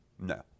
No